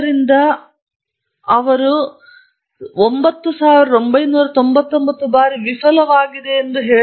ಆದ್ದರಿಂದ ಅವರು ಹೇಗೆ ಹೋಗಿದ್ದಾರೆ ಎಂದು ಕೇಳಿದರು ಮತ್ತು ನೀವು 9999 ಬಾರಿ ವಿಫಲವಾಗಿದೆ ಎಂದು ಹೇಳಿದರು